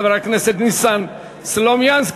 חבר הכנסת ניסן סלומינסקי.